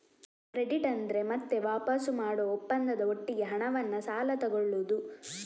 credit ಅಂದ್ರೆ ಮತ್ತೆ ವಾಪಸು ಮಾಡುವ ಒಪ್ಪಂದದ ಒಟ್ಟಿಗೆ ಹಣವನ್ನ ಸಾಲ ತಗೊಳ್ಳುದು